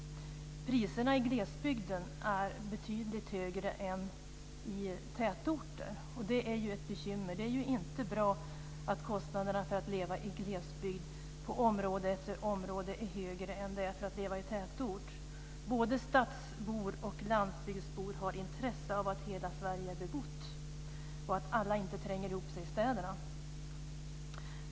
Priserna i glesbygden är betydligt högre än i tätorter. Och det är ett bekymmer. Det är inte bra att kostnaderna för att leva i glesbygd på område efter område är högre än för att leva i tätort. Både stadsbor och landsbygdsbor har intresse av att hela Sverige är bebott och att alla inte tränger ihop sig i städerna.